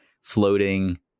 floating